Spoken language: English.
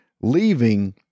leaving